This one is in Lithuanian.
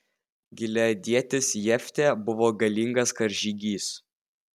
gileadietis jeftė buvo galingas karžygys